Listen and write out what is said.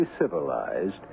civilized